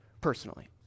personally